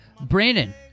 Brandon